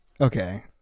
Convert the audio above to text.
Okay